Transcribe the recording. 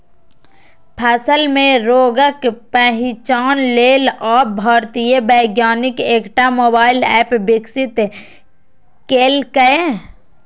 फसल मे रोगक पहिचान लेल आब भारतीय वैज्ञानिक एकटा मोबाइल एप विकसित केलकैए